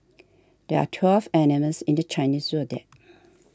there are twelve animals in the Chinese zodiac